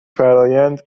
فرآیند